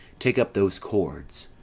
take up those cords.